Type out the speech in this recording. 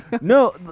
No